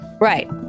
Right